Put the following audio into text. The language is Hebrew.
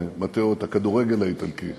מתאו, את הכדורגל האיטלקי